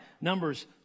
Numbers